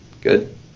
Good